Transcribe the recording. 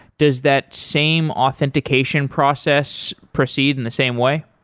does that same authentication process proceed in the same way?